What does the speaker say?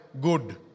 good